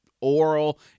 oral